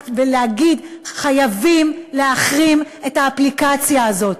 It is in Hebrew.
להגיד: חייבים להחרים את האפליקציה הזאת.